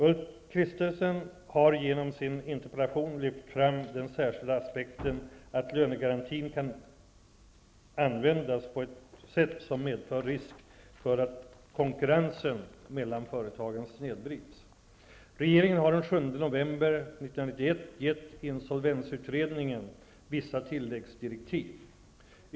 Ulf Kristersson har genom sin interpellation lyft fram den särskilda aspekten att lönegarantin kan användas på ett sätt som medför risk för att konkurrensen mellan företagen snedvrids.